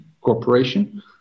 corporation